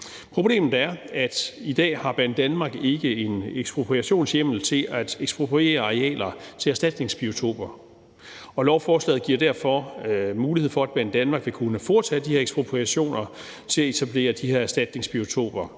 Problemet er, at Banedanmark i dag ikke har en ekspropriationshjemmel til at ekspropriere arealer til erstatningsbiotoper. Og lovforslaget giver derfor mulighed for, at Banedanmark vil kunne foretage de her ekspropriationer til at etablere de her erstatningsbiotoper,